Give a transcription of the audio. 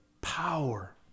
power